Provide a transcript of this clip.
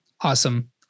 Awesome